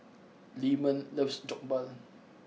Leamon loves Jokbal